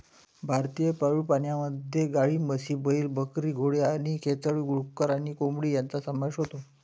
भारतीय पाळीव प्राण्यांमध्ये गायी, म्हशी, बैल, बकरी, घोडे आणि खेचर, डुक्कर आणि कोंबडी यांचा समावेश होतो